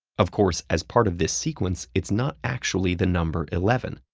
of course, as part of this sequence, it's not actually the number eleven,